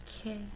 Okay